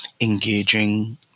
engaging